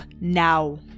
now